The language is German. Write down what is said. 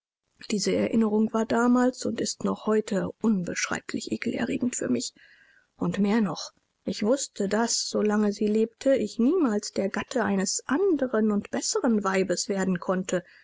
diese erinnerung war damals und ist noch heute unbeschreiblich ekelerregend für mich und mehr noch ich wußte daß solange sie lebte ich niemals der gatte eines anderen und besseren weibes werden konnte